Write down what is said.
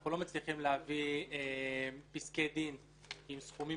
אנחנו לא מצליחים להביא פסקי דין עם סכומים